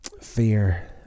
fear